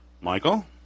Michael